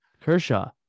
Kershaw